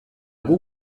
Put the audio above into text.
guk